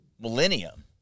millennium